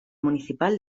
municipal